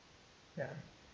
ya